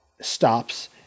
stops